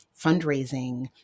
fundraising